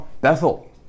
Bethel